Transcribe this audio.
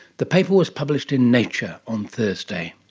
the paper was published in nature on thursday